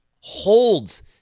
holds